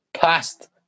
past